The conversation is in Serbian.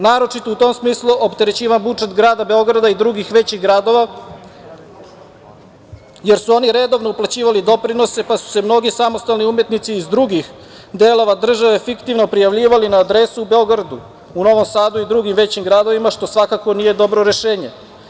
Naročito u tom smislu opterećuje budžet grada Beograda i drugih većih gradova, jer su oni redovno uplaćivali doprinose, pa su se mnogi samostalni umetnici iz drugih delova države fiktivno prijavljivali na adresu u Beogradu, Novom Sadu i drugim većim gradovima, što svakako nije dobro rešenje.